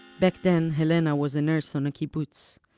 back then, helena was a nurse on a kibbutz,